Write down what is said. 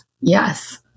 Yes